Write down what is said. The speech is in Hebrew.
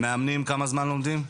כמה זמן לומדים מאמנים?